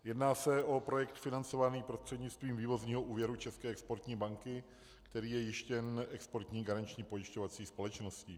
Jedná se o projekt financovaný prostřednictvím vývozního úvěru České exportní banky, který je jištěn Exportní garanční a pojišťovací společností.